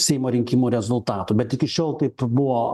seimo rinkimų rezultatų bet iki šiol taip buvo